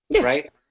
right